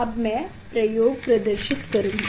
अब मैं प्रयोग प्रदर्शित करूँगा